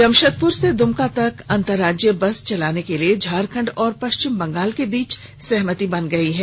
जमशेदपुर से दुमका तक अंतरराज्यीय बस चलाने के लिए झारखंड और पश्चिम बंगाल के बीच सहमति बन गयी है